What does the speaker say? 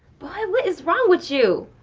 boy, what is wrong with you?